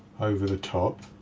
over the top.